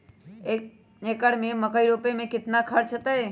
एक एकर में मकई रोपे में कितना खर्च अतै?